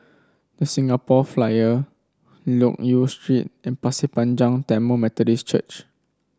The Singapore Flyer Loke Yew Street and Pasir Panjang Tamil Methodist Church